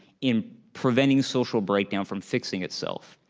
in preventing social breakdown from fixing itself.